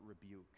rebuke